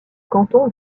canton